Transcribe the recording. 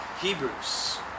Hebrews